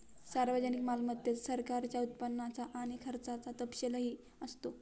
सार्वजनिक मालमत्तेत सरकारच्या उत्पन्नाचा आणि खर्चाचा तपशीलही असतो